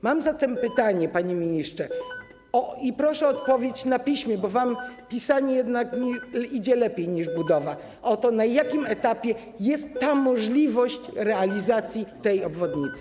Mam zatem pytanie, panie ministrze - i proszę o odpowiedź na piśmie, bo wam pisanie jednak idzie lepiej niż budowa - o to, na jakim etapie jest możliwość realizacji tej obwodnicy.